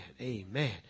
Amen